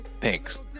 thanks